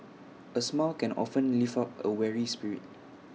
A smile can often lift up A weary spirit